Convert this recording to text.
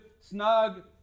snug